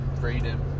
freedom